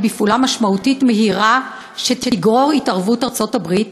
בפעולה משמעותית מהירה שתגרור התערבות ארצות-הברית,